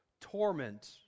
torment